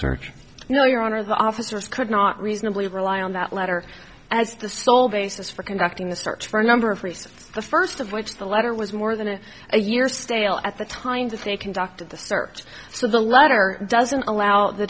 search you know your honor the officers could not reasonably rely on that letter as the sole basis for conducting the search for a number of reasons the first of which the letter was more than a year stale at the time to say conducted the search so the letter doesn't allow the